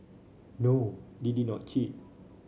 no they did not cheat